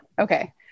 Okay